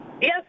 Yes